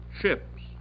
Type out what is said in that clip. ships